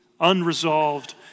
Unresolved